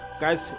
guys